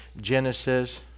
Genesis